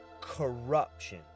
corruption